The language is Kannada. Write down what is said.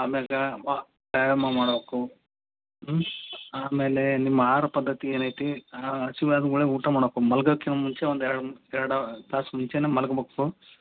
ಆಮೇಲೆ ವ್ಯಾಯಾಮ ಮಾಡಬೇಕು ಹ್ಞೂ ಆಮೇಲೆ ನಿಮ್ಮ ಆಹಾರ ಪದ್ಧತಿ ಏನೈತೆ ಹಸಿವ್ ಆದ ಕೂಡ್ಳೆ ಊಟ ಮಾಡಕೆ ಮಲ್ಗೋಕ್ಕಿನ ಮುಂಚೆ ಒಂದು ಎರಡು ಎರಡು ತಾಸು ಮುಂಚೆನೇ ಮಲ್ಕೋಬೇಕು